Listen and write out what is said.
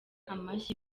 amashyi